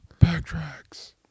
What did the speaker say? Backtracks